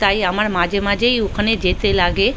তাই আমার মাঝেমাঝেই ওখানে যেতে লাগে